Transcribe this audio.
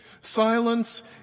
Silence